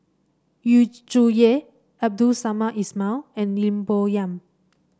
Yu Zhuye Abdul Samad Ismail and Lim Bo Yam